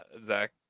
Zach